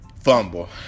Fumble